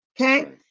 okay